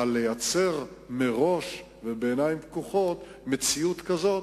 אבל לייצר מראש ובעיניים פקוחות מציאות כזאת,